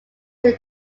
their